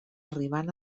arribant